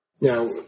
Now